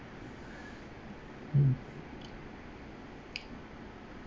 mm